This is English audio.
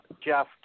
Jeff